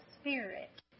Spirit